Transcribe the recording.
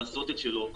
לעשות את שלו.